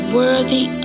worthy